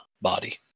body